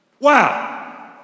Wow